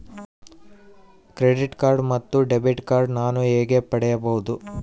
Credit card ಮತ್ತು debit card ನಾನು ಹೇಗೆ ಪಡೆಯಬಹುದು?